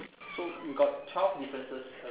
so we got twelve differences